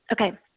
Okay